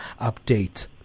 update